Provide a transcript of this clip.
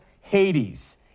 Hades